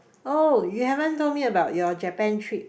oh you haven't told me about your Japan trip